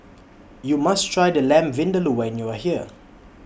YOU must Try The Lamb Vindaloo when YOU Are here